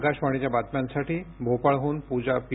आकाशबाणीच्या बातम्यांसाठी भोपाळहून पूजा पी